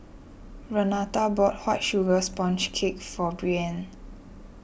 Renata bought White Sugar Sponge Cake for Breann